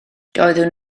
doeddwn